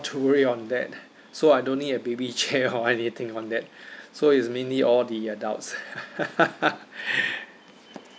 to worry on that so I don't need a baby chair or anything on that so is mainly all the adults